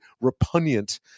repugnant